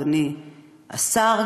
אדוני השר,